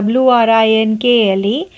wrinkle